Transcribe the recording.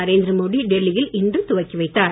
நரேந்திரமோடி டெல்லியில் இன்று துவக்கி வைத்தார்